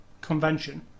convention